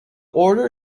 order